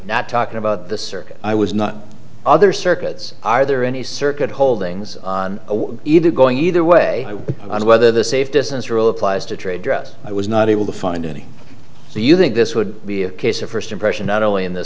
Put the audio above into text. not talking about the circuit i was not other circuits are there any circuit holdings on either going either way on whether the safe distance rule applies to trade dress i was not able to find any so you think this would be a case of first impression not only in th